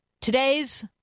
Today's